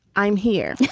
i'm here.